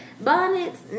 Bonnets